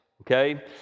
Okay